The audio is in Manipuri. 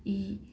ꯏ